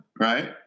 right